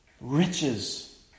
Riches